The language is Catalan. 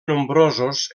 nombrosos